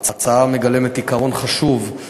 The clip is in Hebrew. ההצעה מגלמת עיקרון חשוב,